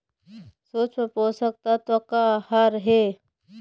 सूक्ष्म पोषक तत्व का हर हे?